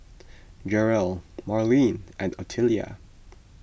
Jerrell Marleen and Ottilia